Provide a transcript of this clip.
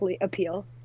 appeal